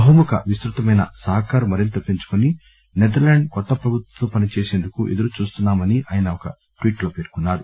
బహుముఖ విస్తుతమైన సహకారం మరింత పెంచుకొని సెదర్లాండ్ కొత్త ప్రభుత్వంతో పని చేసందుకు ఎదురు చూస్తున్నామని ఆయన ఒక ట్వీట్ లో పర్కొన్నారు